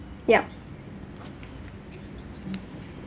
yup